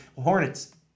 Hornets